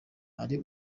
hari